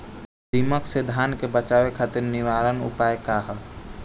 दिमक से धान के बचावे खातिर निवारक उपाय का ह?